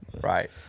Right